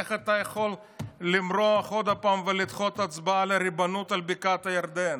איך אתה יכול למרוח עוד פעם ולדחות הצבעה על ריבונות על בקעת הירדן